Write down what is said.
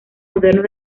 modernos